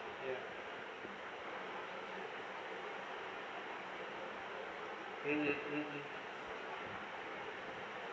mmhmm mmhmm